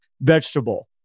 vegetable